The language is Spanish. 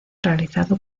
realizado